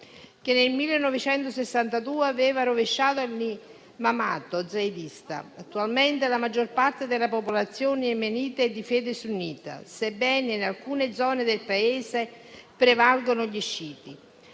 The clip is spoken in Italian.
che nel 1962 aveva rovesciato l'imamato zaydista. Attualmente, la maggior parte della popolazione yemenita è di fede sunnita, sebbene in alcune zone del Paese prevalgano gli sciiti.